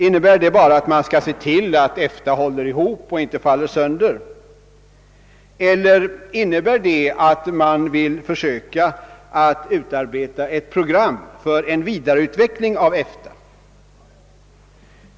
Innebär det bara att man skall se till att EFTA håller ihop och inte faller sönder eller innebär det, att man vill försöka att utarbeta ett program för en vidareutveckling av EFTA?